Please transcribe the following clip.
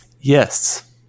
Yes